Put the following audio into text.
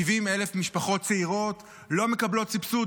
70,000 משפחות צעירות לא מקבלות סבסוד,